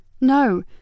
No